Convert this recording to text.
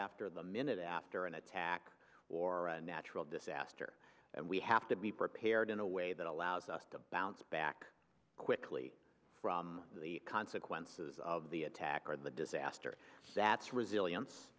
after the minute after an attack or a natural disaster and we have to be prepared in a way that allows us to bounce back quickly from the consequences of the attack or the disaster that's resilience